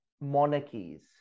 monarchies